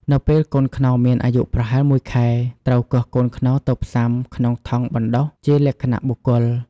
នៅពេលកូនខ្នុរមានអាយុប្រហែលមួយខែ ត្រូវគាស់កូនខ្នុរទៅផ្សាំក្នុងថង់បណ្តុះជាលក្ខណៈបុគ្គល។